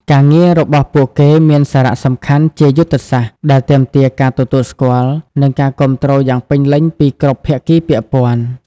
ការងាររបស់ពួកគេមានសារៈសំខាន់ជាយុទ្ធសាស្ត្រ ដែលទាមទារការទទួលស្គាល់ និងការគាំទ្រយ៉ាងពេញលេញពីគ្រប់ភាគីពាក់ព័ន្ធ។